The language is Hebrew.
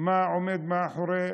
מה עומד מאחורי